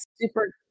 super